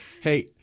Hey